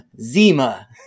Zima